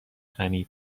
غنی